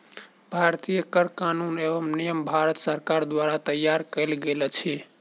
भारतीय कर कानून एवं नियम भारत सरकार द्वारा तैयार कयल गेल अछि